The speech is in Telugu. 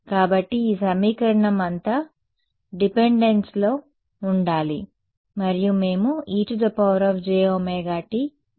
కాబట్టి ఈ సమీకరణం అంతా డిపెండెన్స్ లో ఉండాలి మరియు మేము e jωt చేస్తున్నాము